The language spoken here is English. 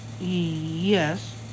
yes